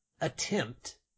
attempt